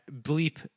bleep